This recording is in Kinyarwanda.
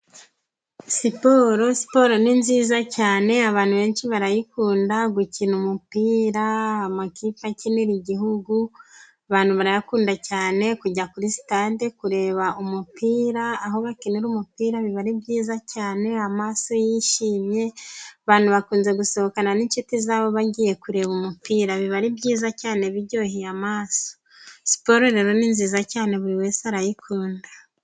Siporo, siporo ni nziza cyane abantu benshi barayikunda, gukina umupira amakipe akinira igihugu abantu barayakunda cyane, kujya kuri stade kureba umupira aho bakinira umupira biba ari byiza cyane, amaso yishimye abantu bakunze gusohokana n'inshuti zabo bagiye kureba umupira biba ari byiza cyane biryoheye amaso, siporo rero ni nziza cyane buri wese arayikunda.